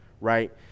right